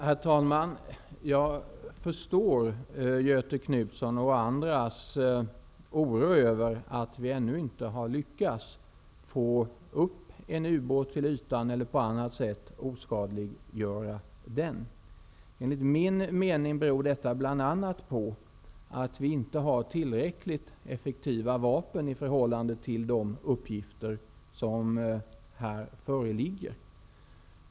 Herr talman! Jag förstår Göthe Knutsons och andras oro över att vi ännu inte har lyckats få upp en ubåt till ytan eller på annat sätt lyckats oskadliggöra någon. Detta beror bl.a. på att vi inte har tillräckligt effektiva vapen i förhållande till de uppgifter som här föreligger.